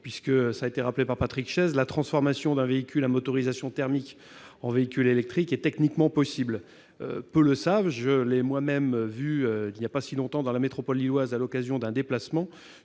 cela a été rappelé par Patrick Chaize, la transformation d'un véhicule à motorisation thermique en véhicule électrique est techniquement possible. Peu le savent. Je l'ai moi-même appris il n'y a pas si longtemps à l'occasion d'un déplacement